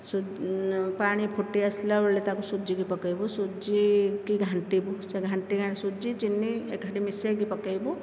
ସୁ ପାଣି ଫୁଟି ଆସିଲା ବେଳେ ତାକୁ ସୁଜିକି ପକାଇବୁ ସୁଜିକି ଘାଣ୍ଟିବୁ ସୁଜି ଘାଣ୍ଟି ସୁଜି ଚିନି ଏକାଠି ମିଶେଇକି ପକାଇବୁ